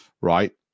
right